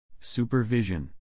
Supervision